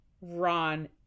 Ron